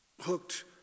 Hooked